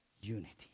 unity